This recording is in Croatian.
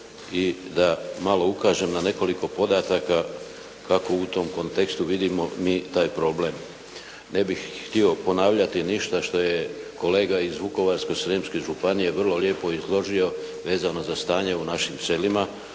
i da malo ukažem na nekoliko podataka, kako u tom kontekstu vidimo mi taj problem. Ne bih htio ponavljati ništa što je kolega iz Vukovarsko-srijemske županije vrlo lijepo izložio vezano za stanje u našim selima.